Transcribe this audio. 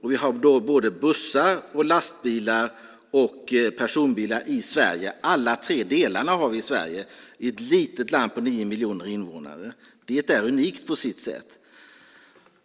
I Sverige - i ett litet land med nio miljoner invånare - har vi produktion av bussar, lastbilar och personbilar, alltså alla tre delarna. Det är unikt på sitt sätt.